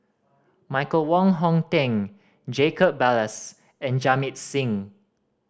Michael Wong Hong Teng Jacob Ballas and Jamit Singh